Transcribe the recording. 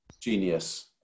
genius